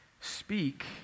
Speak